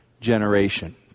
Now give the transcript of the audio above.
generation